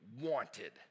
wanted